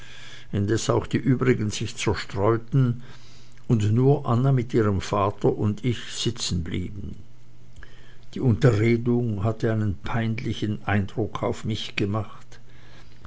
indes auch die übrigen sich zerstreuten und nur anna mit ihrem vater und ich sitzen blieben die unterredung hatte einen peinlichen eindruck auf mich gemacht